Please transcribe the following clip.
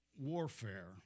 warfare